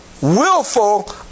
Willful